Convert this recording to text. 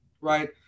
right